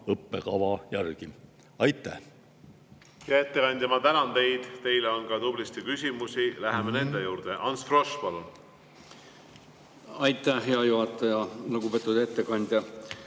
palun! Hea ettekandja, ma tänan teid. Teile on ka tublisti küsimusi. Läheme nende juurde. Ants Frosch, palun! Aitäh, hea juhataja! Lugupeetud ettekandja!